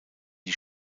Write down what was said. die